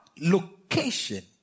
location